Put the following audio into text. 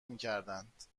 میکردند